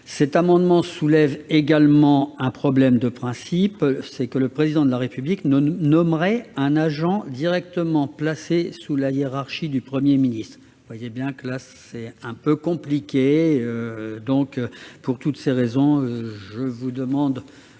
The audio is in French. cet amendement soulèvent également un problème de principe. Le Président de la République nommerait un agent directement placé sous la hiérarchie du Premier ministre. Vous voyez que c'est un peu compliqué ... Pour toutes ces raisons, je demande